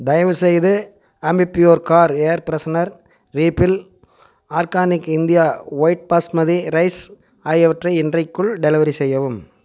தயவுசெய்து Ambipur car air freshener refill organic India white basmati rice ஆகியவற்றை இன்றைக்குள் டெலிவெரி செய்யவும்